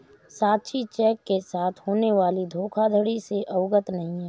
साक्षी cheque के साथ होने वाली धोखाधड़ी से अवगत नहीं है